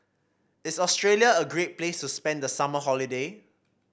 is Australia a great place to spend the summer holiday